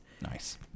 Nice